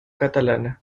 catalana